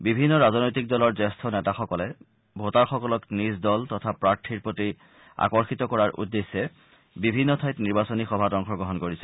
বিভিন্ন ৰাজনৈতিক দলৰ জ্যেষ্ঠ নেতাসকলে ভোটাৰসকলক নিজ দল তথা প্ৰাৰ্থীৰ প্ৰতি আকৰ্ষিত কৰাৰ উদ্দেশ্যে বিভিন্ন ঠাইত নিৰ্বাচনী সভাত অংশগ্ৰহণ কৰিছে